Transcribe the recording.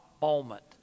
moment